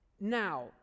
Now